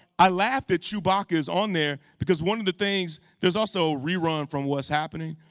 i laugh that chewbacca's on there because one of the things there's also rerun from what's happening!